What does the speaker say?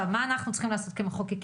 מה אנחנו צריכים לעשות כמחוקקים?